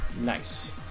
nice